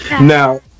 Now